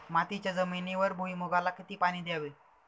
मातीच्या जमिनीवर भुईमूगाला किती पाणी द्यावे?